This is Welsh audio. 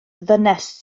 ddynes